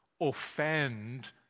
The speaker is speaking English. offend